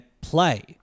Play